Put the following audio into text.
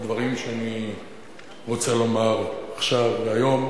בדברים שאני רוצה לומר עכשיו, היום.